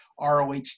ROH